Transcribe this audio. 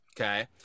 okay